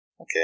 Okay